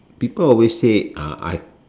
people always say uh I